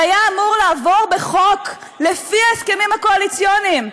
זה היה אמור לעבור בחוק לפי ההסכמים הקואליציוניים.